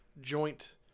joint